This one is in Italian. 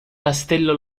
castello